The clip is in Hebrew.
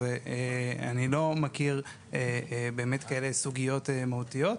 ואני לא מכיר כאלה סוגיות מהותיות.